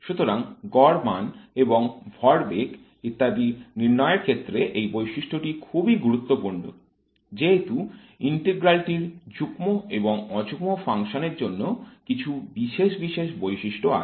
সুতরাং গড় মান এবং ভর বেগ ইত্যাদি নির্ণয়ের ক্ষেত্রে এই বৈশিষ্ট্যটি খুবই গুরুত্বপূর্ণ যেহেতু ইন্টিগ্রাল টির যুগ্ম এবং অযুগ্ম ফাংশন এর জন্য কিছু বিশেষ বিশেষ বৈশিষ্ট্য আছে